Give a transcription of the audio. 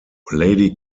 lady